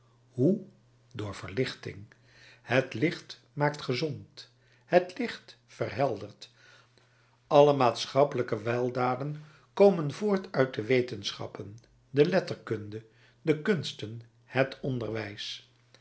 hoe door verlichting het licht maakt gezond het licht verheldert alle maatschappelijke weldaden komen voort uit de wetenschappen de letterkunde de kunsten het onderwijs